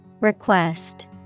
Request